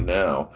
now